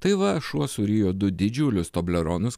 tai va šuo surijo du didžiulius tobleronus